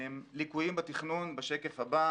ליקויים בתכנון, בשקף הבא.